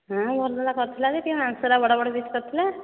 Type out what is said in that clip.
ହଁ ଭଲ ଭଲ କରିଥିଲା ଯେ ଟିକେ ମାଂସଟା ବଡ଼ ବଡ଼ ପିସ୍ କରିଥିଲା